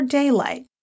daylight